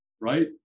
right